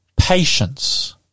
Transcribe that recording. patience